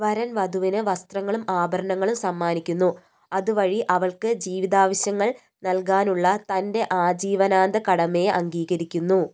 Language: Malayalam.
വരൻ വധുവിന് വസ്ത്രങ്ങളും ആഭരണങ്ങളും സമ്മാനിക്കുന്നു അതുവഴി അവൾക്ക് ജീവിതാവശ്യങ്ങൾ നൽകാനുള്ള തൻ്റെ ആജീവനാന്ത കടമയെ അംഗീകരിക്കുന്നു